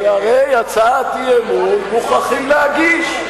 כי הרי הצעת אי-אמון מוכרחים להגיש.